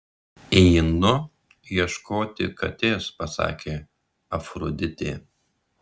einu ieškoti katės pasakė afroditė